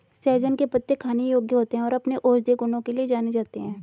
सहजन के पत्ते खाने योग्य होते हैं और अपने औषधीय गुणों के लिए जाने जाते हैं